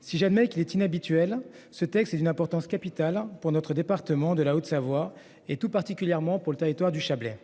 Si j'le qu'il est inhabituel. Ce texte est d'une importance capitale pour notre département de la Haute-Savoie et tout particulièrement pour le territoire du Chablais.